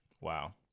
Wow